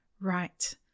Right